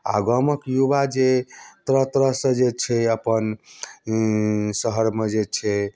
आ गामके युवा जे तरह तरह सऽ जे छै अपन शहर मे जे छै